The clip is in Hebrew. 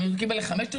אם הוא קיבל לחמש,